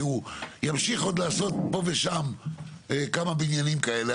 כי הוא ימשיך עוד לעשות פה ושם כמה בניינים כאלה,